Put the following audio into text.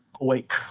awake